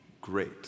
great